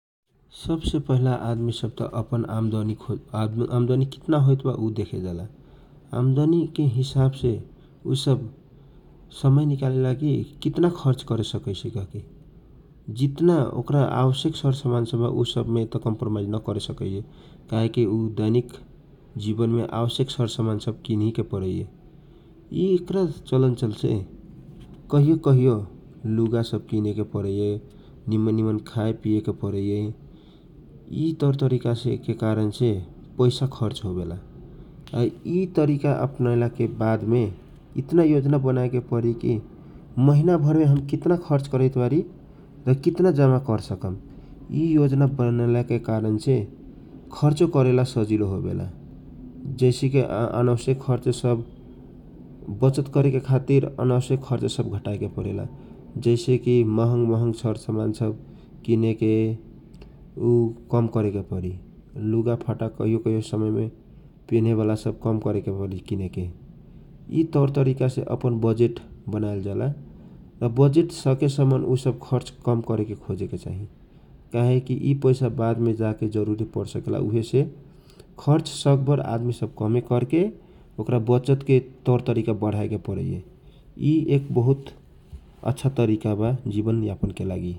सबसे पहिले त आदमी सब अपन आम्दानी अपन आम्दानी कितना होइता ऊ देखल जावेला । आम्दानी के हिसाब से ऊ सब समय निकाले ला कि कितना खर्च करे सकै छि कहके । जितना ओकस आवश्यक सरसामान वा उन्ने त कन्प्रोमाइज नकरेसकैए काहेकी ऊ दैनिक जिवनमे आवश्यक सरसामान सब किनिही के परेए । यि ऐकरा चलनचल्छे कहियो कहियो लुगा सब किनेके परै ए। निमन निमन खाना खाए पिएके परैए। यि तवर तरीका से कारण से पैसा खर्च होवेला आ यि तरीका से पैसा खर्च होवेला । आ तरीका अपन एला वाद मे इतना योजना बनाएके परी कि महिनाभर ने हम कितना खर्च करैवारी र कितना जम्मा रक सकम । यि योजना बनाएला के कारण से खर्चो करेला सजिलो होबेला जैसे कि आ अनावश्यक खर्च तब वचत करेके खातिर अनावश्यक खर्च सब घटाएके परेला । जैसे कि महंग महग सरसामान सब किनेके ऊ कम करेके परी । लुगाफाटा कहियो कहियो पेनेवाला सब कम करेके परी किनेके । यि तवर तरीका से अपन बजेट बनावेल जाला र बजेट सके सम्म खर्च करके खोजे के चाही । काहेकी यि पैसा सब वादमे जा के जरुरी पर सकेला । खर्च शंकभर कमे करेके ओकरा वचत के तवर तरीका बढाए के परै ए। यि एक बहुत आशा तरीका बा जिवन आपन के खातिर ।